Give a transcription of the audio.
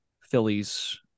Phillies